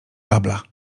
babla